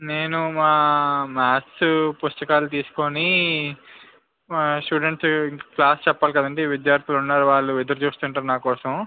నేను మా మాథ్స్ పుస్తకాలు తీసుకుని స్టూడెంట్స్ క్లాస్ చెప్పాలి కదండి విద్యార్థులు ఉన్నారు వాళ్ళు ఎదురు చూస్తుంటారు నాకోసం